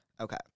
Okay